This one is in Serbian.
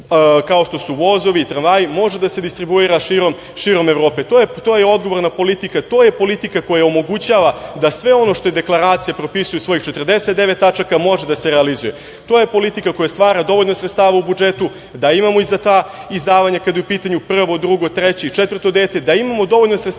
kao što su vozovi i tramvaju, može da se distribuira širom Evrope. To je odgovorna politika, to je politika koja omogućava da sve ono što deklaracija propisuje u svojih 49 tačaka može da se realizuje. To je politika koja stvara dovoljno sredstava u budžetu, da imamo i za ta izdavanja kada je u pitanju prvo, drugo, treće i četvrto dete, da imamo dovoljno sredstava